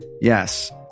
Yes